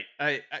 right